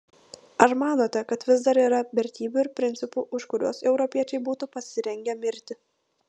ar manote kad vis dar yra vertybių ir principų už kuriuos europiečiai būtų pasirengę mirti